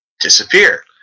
disappear